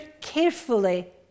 carefully